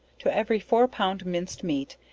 to every four pound minced meat,